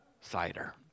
cider